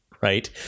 right